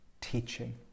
teaching